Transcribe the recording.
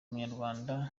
umunyarwanda